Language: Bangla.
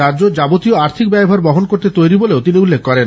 রাজ্য যাবতীয় আর্থিক ব্যয়ভার বহন করতে তৈরী বলেও তিনি উল্লেখ করেন